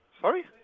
Sorry